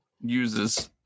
uses